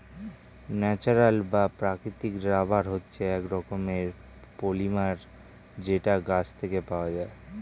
natural বা প্রাকৃতিক rubber হচ্ছে এক রকমের পলিমার যেটা গাছ থেকে পাওয়া যায়